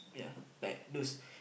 ya like those